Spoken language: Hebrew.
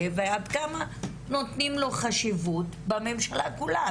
ועד כמה נותנים לו חשיבות בממשלה כולה.